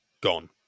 gone